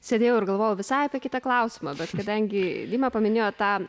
sėdėjau ir galvojau visai apie kitą klausimą bet kadangi dima paminėjo tą